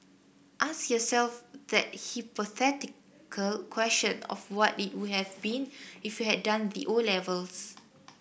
ask yourself that hypothetical question of what it would have been if you had done the O levels